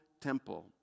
temple